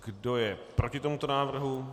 Kdo je proti tomuto návrhu?